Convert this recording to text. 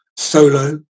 solo